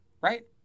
right